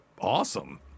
awesome